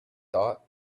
thought